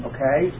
Okay